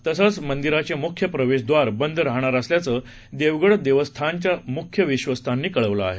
तसंच मंदिराचे मुख्य प्रवेशद्वार बंद राहणार असल्याचं देवगड देवस्थानच्या मुख्य विश्वस्तांनी कळवलं आहे